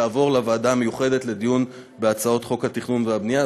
תעבור לוועדה המיוחדת לדיון בהצעות חוק התכנון והבנייה.